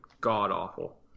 god-awful